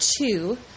two